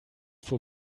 vor